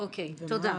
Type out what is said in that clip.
אין בעיה.